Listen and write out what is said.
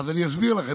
אז אני אסביר לכם.